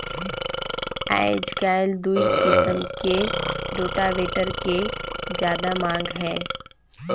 आयज कायल दूई किसम के रोटावेटर के जादा मांग हे